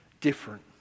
different